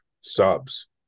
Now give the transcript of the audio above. subs